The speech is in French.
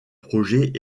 projet